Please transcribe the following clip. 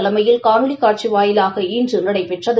தலைமையில் காணொலி காட்சி வாயிலாக இன்று நடைபெற்றது